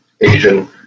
Asian